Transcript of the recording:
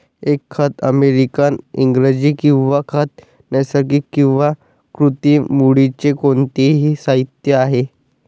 एक खत अमेरिकन इंग्रजी किंवा खत नैसर्गिक किंवा कृत्रिम मूळचे कोणतेही साहित्य आहे